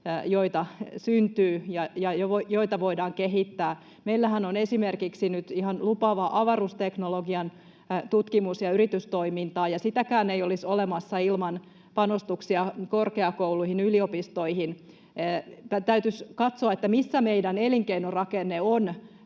joita syntyy ja joita voidaan kehittää. Meillähän on esimerkiksi nyt ihan lupaavaa avaruusteknologian tutkimus- ja yritystoimintaa, ja sitäkään ei olisi olemassa ilman panostuksia korkeakouluihin ja yliopistoihin. Täytyisi katsoa, missä meidän elinkeinorakenne on